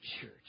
church